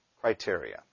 criteria